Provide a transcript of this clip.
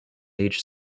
age